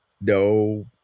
no